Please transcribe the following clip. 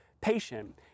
patient